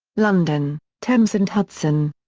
london thames and hudson.